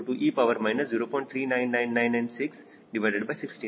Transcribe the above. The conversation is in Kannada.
3999616 W4W3e 0